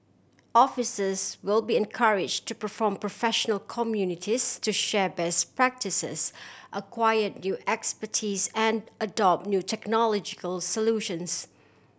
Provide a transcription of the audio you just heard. officers will be encourage to perform professional communities to share best practices acquire new expertise and adopt new technological solutions